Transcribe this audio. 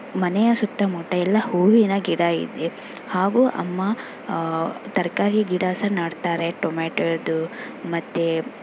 ಮನೆಯ ಸುತ್ತಮುತ್ತ ಎಲ್ಲ ಹೂವಿನ ಗಿಡ ಇದೆ ಹಾಗೂ ಅಮ್ಮ ತರಕಾರಿ ಗಿಡ ಸಹ ನೆಡ್ತಾರೆ ಟೊಮೆಟೋದು ಮತ್ತು